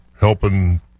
helping